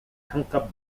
tanker